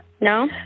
No